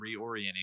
reorienting